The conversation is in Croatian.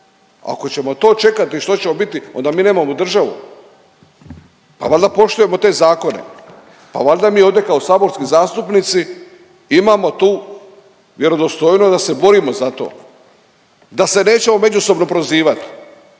Ako ćemo to čekati što ćemo biti, onda mi nemamo državu. A valjda poštujemo te zakone, pa valjda mi ovdje kao saborski zastupnici imamo tu vjerodostojnost da se borimo za to, da se nećemo međusobno prozivati,